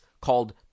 called